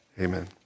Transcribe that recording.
amen